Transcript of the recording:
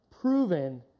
proven